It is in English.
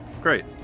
great